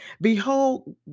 Behold